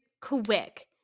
quick